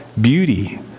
beauty